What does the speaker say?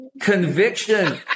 conviction